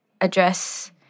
address